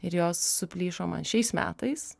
ir jos suplyšo man šiais metais